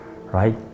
right